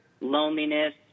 loneliness